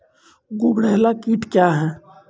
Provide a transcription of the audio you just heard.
गुबरैला कीट क्या हैं?